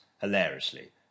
hilariously